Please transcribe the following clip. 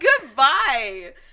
Goodbye